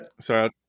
Sorry